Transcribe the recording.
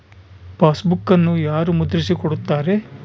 ಪಾಸ್ಬುಕನ್ನು ಯಾರು ಮುದ್ರಿಸಿ ಕೊಡುತ್ತಾರೆ?